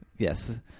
Yes